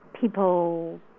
people